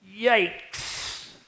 Yikes